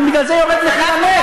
גם בגלל זה יורד מחיר הנפט,